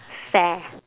fair